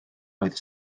oedd